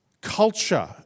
culture